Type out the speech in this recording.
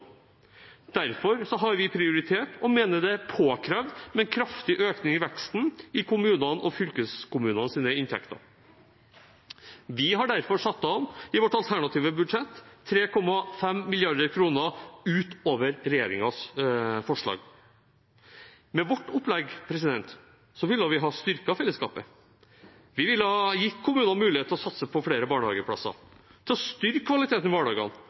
Derfor har vi prioritert og mener det er påkrevd med en kraftig økning i veksten i kommunenes og fylkeskommunenes inntekter. Vi har derfor i vårt alternative budsjett satt av 3,5 mrd. kr utover regjeringens forslag. Med vårt opplegg ville vi ha styrket fellesskapet, vi ville ha gitt kommunene mulighet til å satse på flere barnehageplasser, til å styrke kvaliteten i